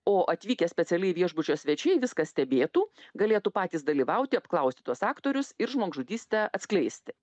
o atvykę specialiai viešbučio svečiai viską stebėtų galėtų patys dalyvauti apklausti tuos aktorius ir žmogžudystę atskleisti